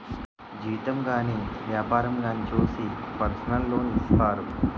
జీతం గాని వ్యాపారంగానే చూసి పర్సనల్ లోన్ ఇత్తారు